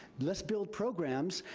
let's build programs,